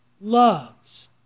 loves